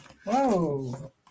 Whoa